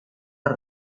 per